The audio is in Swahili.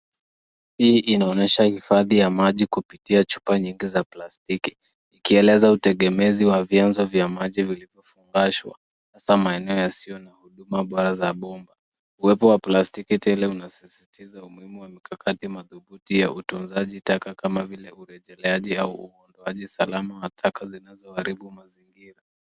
Hii inaonyesha hifadhi ya maji kupitia chupa nyingi za plastiki. Ikieleza utegemezi wa vyebmna vya maji vilivyofungashwa hasa maeneo yasiyo na huduma bora za bomba. Uwepo wa plastiki tele unasisitiza umuhimu wa madhubhuti ya utunzaji kama bike urejeleaji au uandoaji salama wa taka unayoharibu mazingira.